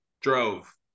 Drove